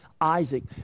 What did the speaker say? Isaac